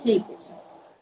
ठीक